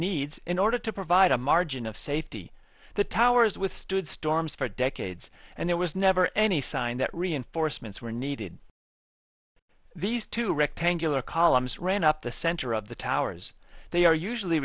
needs in order to provide a margin of safety that towers withstood storms for decades and there was never any sign that reinforcements were needed these two rectangular columns ran up the center of the towers they are usually